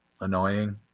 annoying